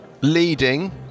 leading